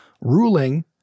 ruling